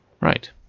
Right